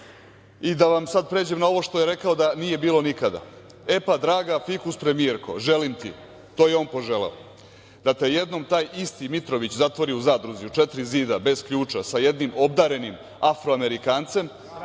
da vam sada pređen na ovo što je rekao da nije bilo nikada: " E, pa draga fikus premijerko, želim ti, to je on poželeo, da te jednom taj isti Mitrović zatvori u Zadruzi u četiri zida, bez ključa, sa jednim obdarenim Afroamerikancem